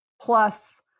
plus